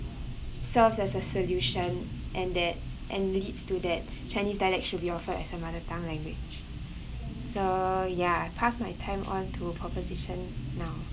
serves as a solution and that and leads to that chinese dialect should be offered as a mother tongue language so ya I pass my time on to proposition now